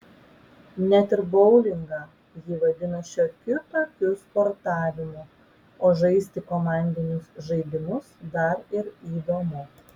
net ir boulingą ji vadina šiokiu tokiu sportavimu o žaisti komandinius žaidimus dar ir įdomu